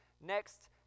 Next